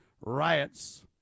riots